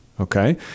Okay